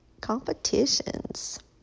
competitions